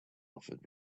offered